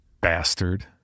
Bastard